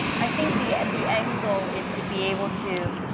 i think the the angle is to be able to,